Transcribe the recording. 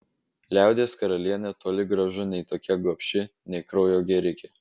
liaudies karalienė toli gražu nei tokia gobši nei kraujo gėrike